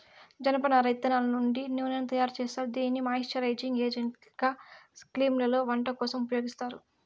జనపనార ఇత్తనాల నుండి నూనెను తయారు జేత్తారు, దీనిని మాయిశ్చరైజింగ్ ఏజెంట్గా క్రీమ్లలో, వంట కోసం ఉపయోగిత్తారు